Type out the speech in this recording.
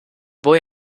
boy